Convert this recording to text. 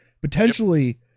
Potentially